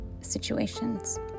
situations